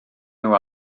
nhw